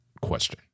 question